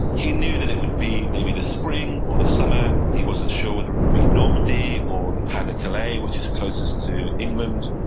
he knew that it would be maybe the spring or the summer. he wasn't sure whether it would be normandy or the pas de calais, which is closest to england.